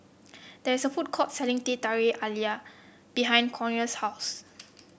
there is a food court selling Teh Halia Tarik behind Corina's house